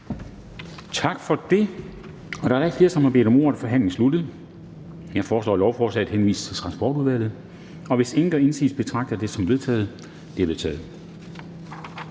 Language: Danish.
Tak for det. Så er der ikke flere, der har bedt om ordet, og forhandlingen er sluttet. Jeg foreslår, at lovforslaget henvises til Retsudvalget. Hvis ingen gør indsigelse, betragter jeg det som vedtaget. Det er vedtaget.